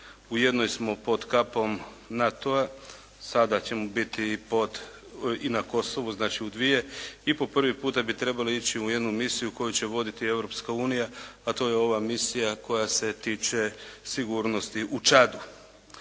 U jednoj smo pod kapom NATO-a. Sada ćemo biti i pod, i na Kosovu. Znači u dvije. I po prvi puta bi trebali ići u jednu misiju koju će voditi Europska unija, a to je ova misija koja se tiče sigurnosti u Čadu.